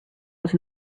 was